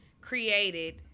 created